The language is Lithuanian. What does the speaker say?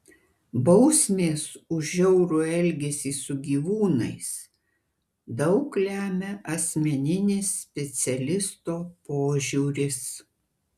bausmės už žiaurų elgesį su gyvūnais daug lemia asmeninis specialisto požiūris